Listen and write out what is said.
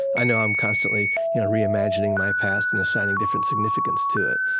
i know i'm constantly you know reimagining my past and assigning different significance to it.